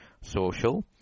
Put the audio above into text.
social